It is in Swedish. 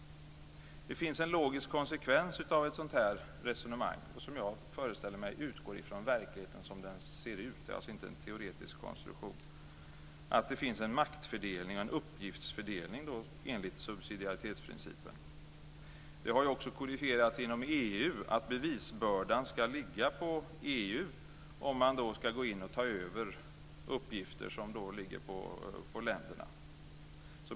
Det finns en logisk konsekvens av ett sådant här resonemang, som jag föreställer mig utgår från verkligheten som den ser ut - det är alltså inte en teoretisk konstruktion - och det är en maktfördelning och en uppgiftsfördelning enligt subsidiaritetsprincipen. Det har också kodifierats inom EU att bevisbördan ska ligga på EU om man ska gå in och ta över uppgifter som ligger på länderna.